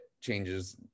changes